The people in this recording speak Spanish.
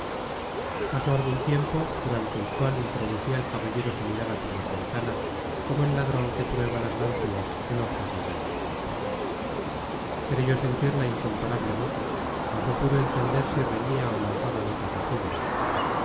pasó algún tiempo durante el cual introducía el caballero su mirada por las ventanas como el ladrón que prueba las ganzúas en ojos de llaves creyó sentir la incomparable voz mas no pudo entender si reñía o lanzaba notas de júbilo el